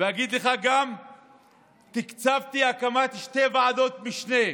אגיד לך שתקצבתי הקמת שתי ועדות משנה: